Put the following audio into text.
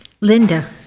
Linda